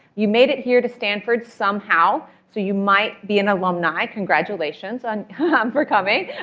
you made it here to stanford somehow. so you might be an alumni. congratulations and um for coming.